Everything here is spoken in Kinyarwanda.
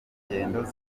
ngendo